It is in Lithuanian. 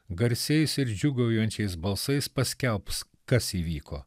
garsiais ir džiūgaujančiais balsais paskelbs kas įvyko